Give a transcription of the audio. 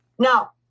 Now